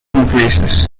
increases